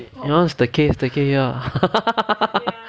you want staycay staycay here ah